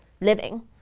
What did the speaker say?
living